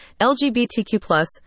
LGBTQ+